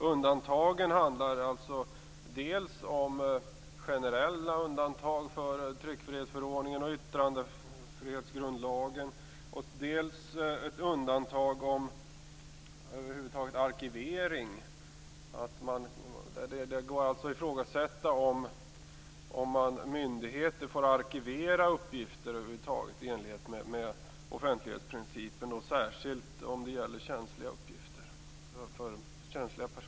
Undantagen handlar dels om generella undantag för tryckfrihetsförordningen och yttrandefrihetsgrundlagen, dels ett undantag för arkivering. Det går alltså att ifrågasätta om myndigheter över huvud taget får arkivera uppgifter i enlighet med offentlighetsprincipen, särskilt om det gäller känsliga personuppgifter.